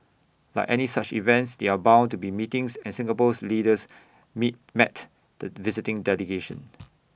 like any such events there are bound to be meetings and Singapore's leaders meet met the visiting delegation